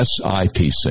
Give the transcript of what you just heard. SIPC